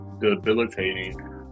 debilitating